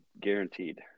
Guaranteed